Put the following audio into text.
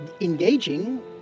engaging